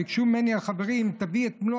ביקשו ממני החברים: תביא את מלוא